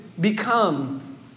become